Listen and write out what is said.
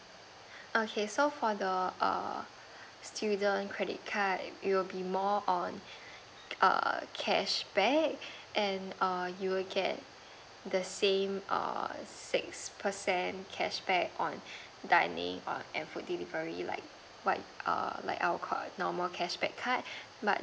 okay so for the err student credit card it will be more on err cash back and err you'll get the same err six percent cashback on dining on the food delivery like quite err like our normal cashback card but